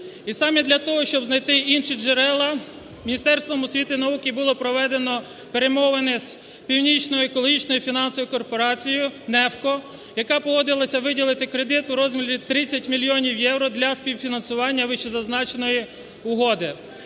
І саме для того, щоб знайти інші джерела, Міністерством освіти і науки було проведено перемовини з Північною екологічною фінансовою корпорацією NEFCО, яка погодилась виділити кредит у розмірі 30 мільйонів євро для співфінансування вищезазначеної угоди.